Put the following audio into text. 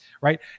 right